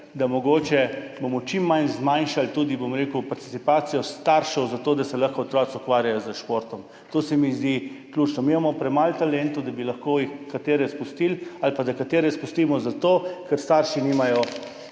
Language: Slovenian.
da bomo mogoče čim bolj zmanjšali tudi, bom rekel, participacijo staršev za to, da se lahko otroci ukvarjajo s športom. To se mi zdi ključno. Mi imamo premalo talentov, da bi lahko ali pa da katere izpustimo zato, ker starši nimajo